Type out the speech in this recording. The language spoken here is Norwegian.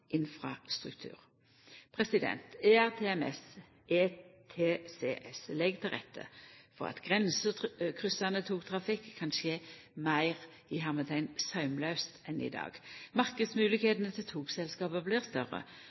infrastruktur. ERTMS/ETCS legg til rette for at grensekryssande togtrafikk kan skje meir saumlaust enn i dag. Marknadsmoglegheitene til togselskapa blir større.